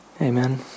Amen